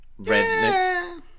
redneck